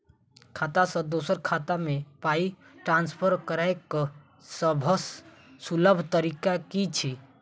खाता सँ दोसर खाता मे पाई ट्रान्सफर करैक सभसँ सुलभ तरीका की छी?